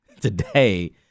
today